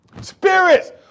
Spirits